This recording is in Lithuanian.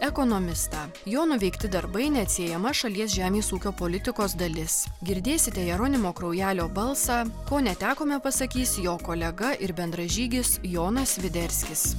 ekonomistą jo nuveikti darbai neatsiejama šalies žemės ūkio politikos dalis girdėsite jeronimo kraujelio balsą ko netekome pasakys jo kolega ir bendražygis jonas sviderskis